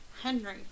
Henry